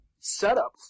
setup